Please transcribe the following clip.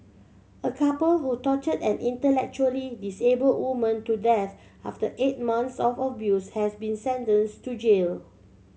a couple who tortured an intellectually disabled woman to death after eight months of abuse has been sentenced to jail